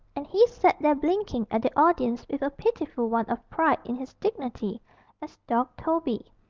and he sat there blinking at the audience with a pitiful want of pride in his dignity as dog toby.